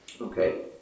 Okay